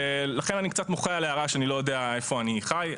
לכן אני קצת מוחה על ההערה שאני לא יודע איפה אני חי.